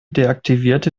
deaktivierte